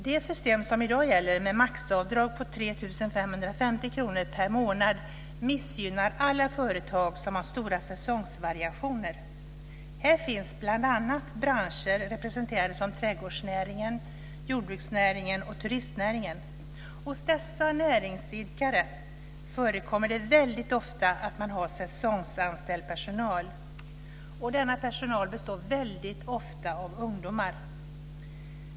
Det system som i dag gäller, med maxavdrag på 3 550 kr per månad, missgynnar alla företag som har stora säsongsvariationer. Här finns bl.a. branscher som trädgårdsnäringen, jordbruksnäringen och turistnäringen representerade. Hos dessa näringsidkare förekommer det väldigt ofta att man har säsongsanställd personal, och denna personal består väldigt ofta av ungdomar.